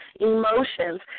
emotions